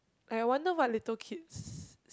I wonder what little kids